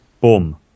boom